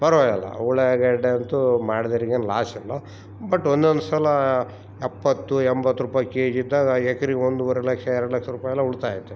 ಪರವಾಗಿಲ್ಲ ಉಳ್ಳಾಗಡ್ಡೆ ಅಂತೂ ಮಾಡ್ದೊರಿಗೇನ್ ಲಾಸ್ ಇಲ್ಲ ಬಟ್ ಒಂದೊಂದು ಸಲ ಎಪ್ಪತ್ತು ಎಂಬತ್ತು ರೂಪೈ ಕೆಜಿ ಇದ್ದಾಗ ಎಕ್ರಿಗೆ ಒಂದುವರೆ ಲಕ್ಷ ಎರಡು ಲಕ್ಷ ರೂಪೈ ಅಲ ಉಳಿತಾಯ ಐತೆ